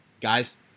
Guys